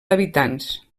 habitants